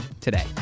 today